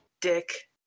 dick